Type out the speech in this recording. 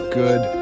good